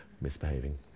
misbehaving